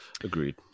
Agreed